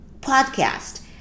podcast